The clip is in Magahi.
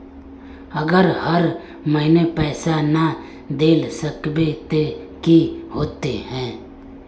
अगर हर महीने पैसा ना देल सकबे ते की होते है?